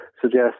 suggest